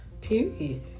Period